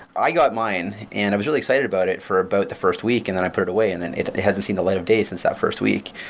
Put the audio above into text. i got mine, and i was really excited about it for about the first week and then i put it away and and then it it hasn't seen the light of days since that first week,